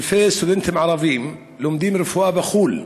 אלפי סטודנטים ערבים לומדים רפואה בחוץ-לארץ.